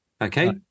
Okay